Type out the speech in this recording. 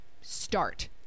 start